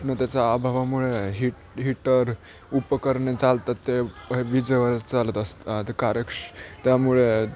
उष्णतेचा अभावामुळे heat heater उपकरणे चालतात ते हे विजेवर चालत असत कार्यक्ष त्यामुळे